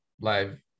live